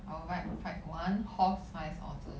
I would like to fight one horse sized otter